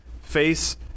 face